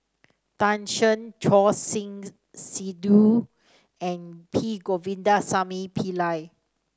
Tan Shen Choor Singh Sidhu and P Govindasamy Pillai